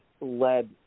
led